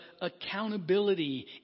accountability